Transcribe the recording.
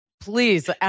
Please